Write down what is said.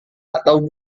atau